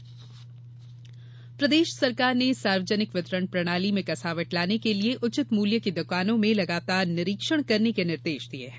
दुकान निरीक्षण प्रदेश सरकार ने सार्वजनिक वितरण प्रणाली में कसावट लाने के लिये उचित मूल्य की दुकानों में लगातार निरीक्षण करने के निर्देश दिये हैं